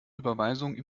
überweisungen